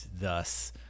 thus